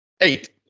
eight